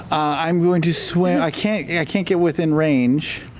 i'm going to swim. i can't yeah can't get within range,